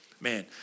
Man